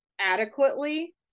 adequately